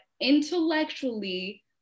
intellectually